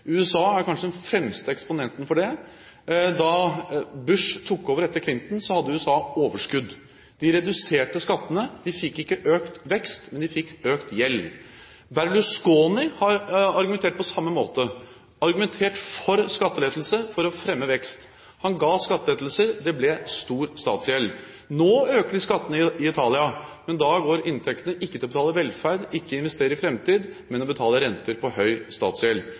USA er kanskje den fremste eksponenten for det. Da Bush tok over etter Clinton, hadde USA overskudd. De reduserte skattene. De fikk ikke økt vekst, men de fikk økt gjeld. Berlusconi har argumentert på samme måte, argumenterte for skattelettelse for å fremme vekst. Han ga skattelettelser, og det ble stor statsgjeld. Nå øker man skattene i Italia, men da går ikke inntektene til å betale velferd, ikke til å investere i framtid, men til å betale renter på høy statsgjeld.